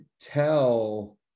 tell